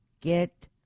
get